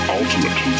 ultimate